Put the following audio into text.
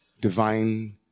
divine